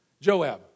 Joab